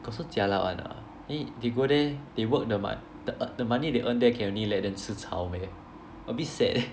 got so jialat [one] ah they go there they work the mo~ the the money they earn there can only let them 吃草 meh a bit sad